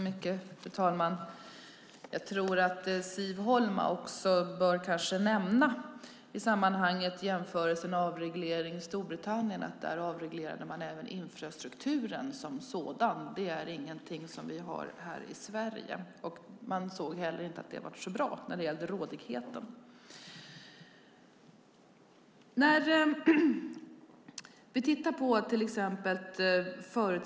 Fru talman! Siv Holma bör nog i sammanhanget nämna att man i Storbritannien avreglerade även infrastrukturen som sådan. Det är inget vi har gjort här i Sverige. Man såg heller inte att det blev särskilt bra när det gällde rådigheten.